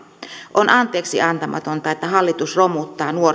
on anteeksiantamatonta että hallitus romuttaa nuorisotakuun jonka